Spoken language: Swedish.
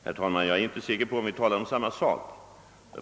Herr talman! Jag är inte säker på att vi talar om samma sak.